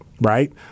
right